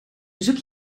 bezoek